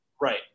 Right